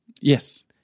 Yes